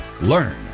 learn